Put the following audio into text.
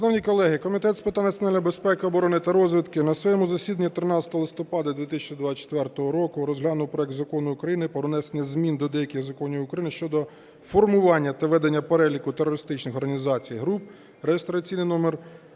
Шановні колеги, Комітет з питань національної безпеки, оборони та розвідки на своєму засіданні 13 листопада 2024 року розглянув проект Закону України про внесення змін до деяких законів України щодо формування та ведення переліку терористичних організацій (груп) (реєстраційний номер